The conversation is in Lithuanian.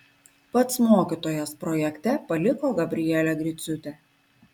pats mokytojas projekte paliko gabrielę griciūtę